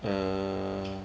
err